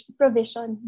provision